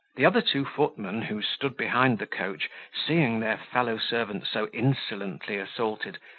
the other two footmen who stood behind the coach, seeing their fellow-servant so insolently assaulted,